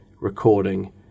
recording